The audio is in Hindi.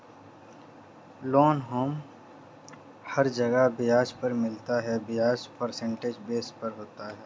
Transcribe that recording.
लोन हमे हर जगह ब्याज पर मिलता है ब्याज परसेंटेज बेस पर होता है